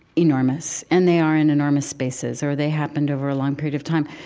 enormous, and they are in enormous spaces, or they happened over a long period of time.